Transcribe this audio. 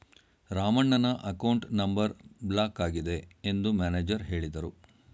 ರಾಮಣ್ಣನ account number block ಆಗಿದೆ ಎಂದು manager ಹೇಳಿದರು